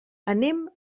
anem